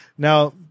Now